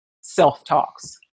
self-talks